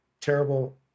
terrible